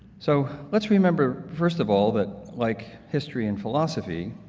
so let's remember first of all that like history and philosophy,